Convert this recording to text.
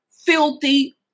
filthy